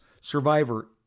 Survivor